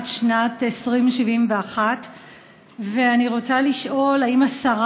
עד שנת 2071. ואני רוצה לשאול: 1. האם השרה